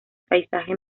paisaje